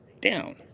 down